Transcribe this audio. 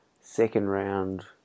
second-round